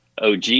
OG